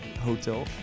hotel